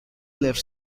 left